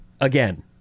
again